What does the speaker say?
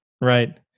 Right